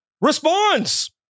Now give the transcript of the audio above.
Response